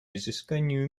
изысканию